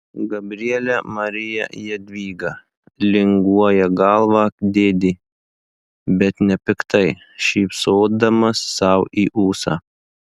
gabriele marija jadvyga linguoja galvą dėdė bet nepiktai šypsodamas sau į ūsą